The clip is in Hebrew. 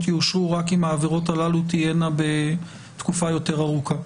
יאושרו רק אם העבירות הללו תהיינה בתקופה יותר ארוכה.